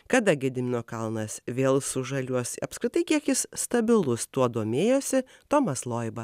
kada gedimino kalnas vėl sužaliuos apskritai kiek jis stabilus tuo domėjosi tomas loiba